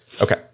Okay